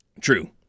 True